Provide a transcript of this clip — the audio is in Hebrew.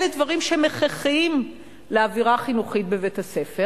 אלה דברים שהם הכרחיים לאווירה החינוכית בבית-הספר.